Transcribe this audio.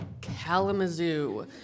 Kalamazoo